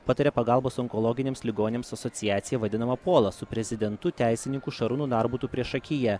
pataria pagalbos onkologiniams ligoniams asociacija vadinama pola su prezidentu teisininku šarūnu narbutu priešakyje